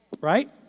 Right